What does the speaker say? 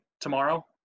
tomorrow